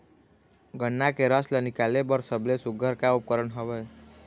गन्ना के रस ला निकाले बर सबले सुघ्घर का उपकरण हवए?